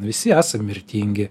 visi esam mirtingi